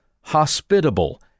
hospitable